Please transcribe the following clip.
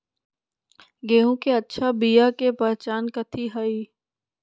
गेंहू के अच्छा बिया के पहचान कथि हई?